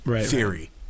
theory